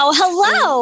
hello